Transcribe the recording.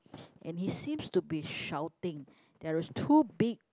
and he seems to be shouting there is two big